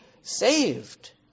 saved